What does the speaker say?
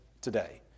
today